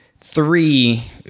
three